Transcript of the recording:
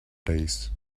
days